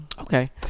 Okay